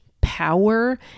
power